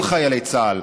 כל חיילי צה"ל,